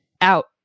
out